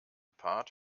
part